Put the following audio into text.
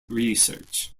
research